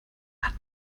hat